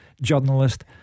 journalist